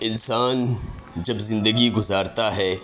انسان جب زندگی گزارتا ہے